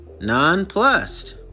nonplussed